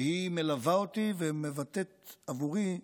והיא מלווה אותי ומבטאת עבורי רפרנס,